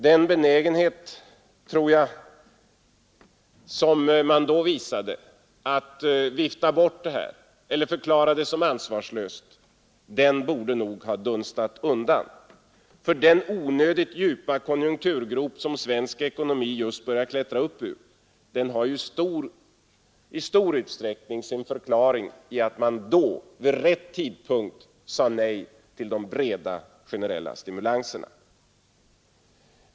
Den benägenhet, tror jag, som man då visade att vifta bort det här eller förklara det som ansvarslöst, borde nog nu ha dunstat undan. Den onödigt djupa konjunkturgrop som svensk ekonomi just börjar klättra upp ur har i stor utsträckning sin förklaring i att man då vid rätt tidpunkt sade nej till de breda, generella stimulanserna.